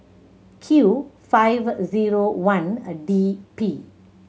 Q five zero one a D P